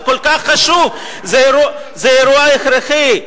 זה כל כך חשוב, זה אירוע הכרחי.